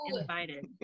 invited